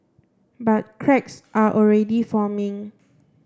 but cracks are already forming